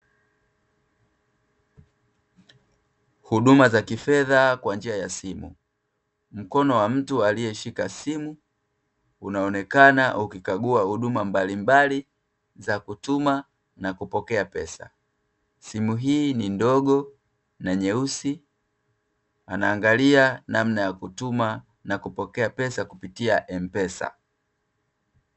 Huduma za kifedha kwa njia ya simu. Mkono wa mtu aliyeshika simu unaonekana ukikagua huduma mbalimbali za kutuma na kupokea pesa. Simu hii ni ndogo na nyeusi, anaangalia namna ya kutuma na kupokea pesa kupitia M pesa.